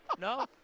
No